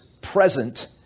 present